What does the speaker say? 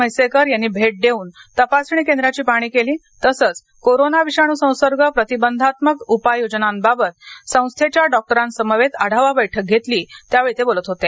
म्हैसेकर यांनी भेट देवून तपासणी केंद्राची पाहणी केली तसच कोरोना विषाणू संसर्ग प्रतिबंधात्मक उपाययोजनाबाबत संस्थेच्या डॉक्टरांसमवेत आढावा बैठक घेतली त्यावेळी ते बोलत होते